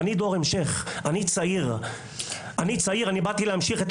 אני צעיר, דור המשך, באתי להמשיך.